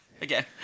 again